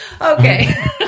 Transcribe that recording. Okay